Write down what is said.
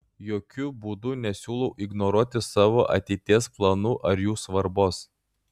jokiu būdu nesiūlau ignoruoti savo ateities planų ar jų svarbos